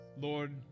Lord